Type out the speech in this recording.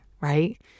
right